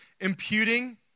imputing